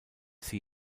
sie